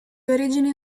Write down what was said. origine